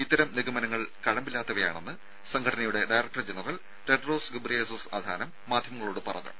ഇത്തരം നിഗമനങ്ങൾ കഴമ്പില്ലാത്തതാണെന്ന് സംഘടനയുടെ director general Tedros Ghebreyesus Adhanom മാധ്യമങ്ങളോട് പറഞ്ഞു